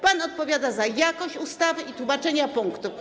Pan odpowiada za jakość ustawy i za tłumaczenie punktów.